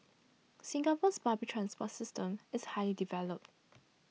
Singapore's public transport system is highly developed